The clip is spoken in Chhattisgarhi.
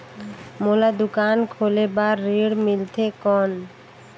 मोला दुकान खोले बार ऋण मिलथे कौन?